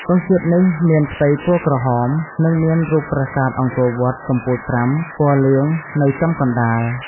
ទង់ជាតិនេះមានផ្ទៃពណ៌ក្រហម និងមានរូបប្រាសាទអង្គរវត្តកំពូល ៥ ពណ៌លឿង នៅចំកណ្តាល។